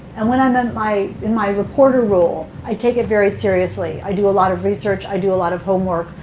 and when and i'm in my reporter role, i take it very seriously. i do a lot of research. i do a lot of homework.